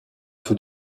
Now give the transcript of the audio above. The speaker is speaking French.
tout